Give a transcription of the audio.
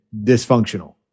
dysfunctional